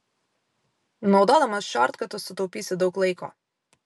naudodamas šortkatus sutaupysi daug laiko